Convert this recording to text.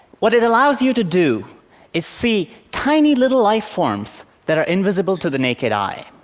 what it allows you to do is see tiny little lifeforms that are invisible to the naked eye.